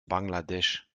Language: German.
bangladesch